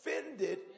offended